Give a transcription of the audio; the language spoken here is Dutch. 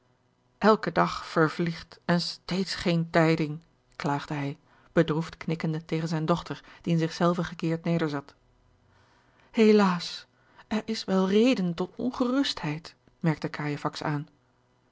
elke dag vervliegt en steeds geen tijding klaagde hij bedroefd knikkende tegen zijne dochter die in zich zelve gekeerd nederzat helaas er is wel reden tot ongerustheid merkte cajefax aan